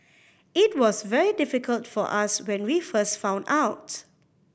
it was very difficult for us when we first found out